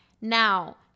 Now